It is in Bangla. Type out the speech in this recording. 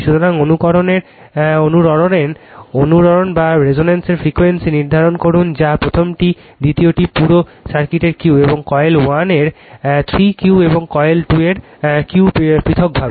সুতরাং অনুরণনের ফ্রিকোয়েন্সি নির্ধারণ করুন যা প্রথমটি দ্বিতীয়টি পুরো সার্কিটের Q এবং কয়েল1 এর 3 Q এবং কয়েল 2 এর Q পৃথকভাবে